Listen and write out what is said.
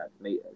made